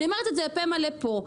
אני אומרת את זה בפה מלא פה,